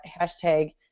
hashtag